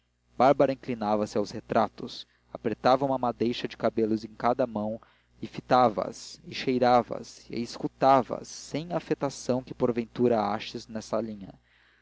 bárbara inclinava-se aos retratos apertava uma madeixa de cabelos em cada mão e fitava as e cheirava as e escutava as sem a afetação que porventura aches nesta linha